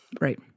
Right